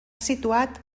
situat